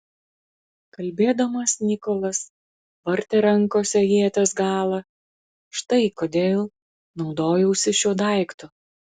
kalbėdamas nikolas vartė rankose ieties galą štai kodėl naudojausi šiuo daiktu